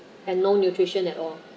and no nutrition at all